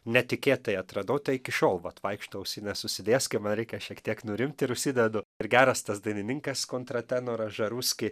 netikėtai atradau tai iki šiol vat vaikštau ausines užsidėjęs kai man reikia šiek tiek nurimt ir užsidedu ir geras tas dainininkas kontratenoras žaruski